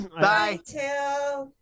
Bye